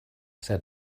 said